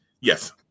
Yes